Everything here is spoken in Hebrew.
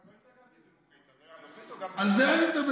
אתה מדבר על הלוחית או גם על, על זה אני מדבר.